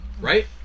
Right